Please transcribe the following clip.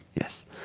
Yes